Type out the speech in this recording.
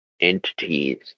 entities